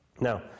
Now